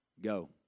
Go